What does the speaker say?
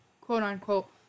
quote-unquote